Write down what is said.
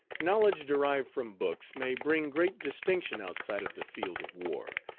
knowledge derived from books may bring great distinction outside of the field of war,